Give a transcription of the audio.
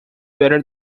better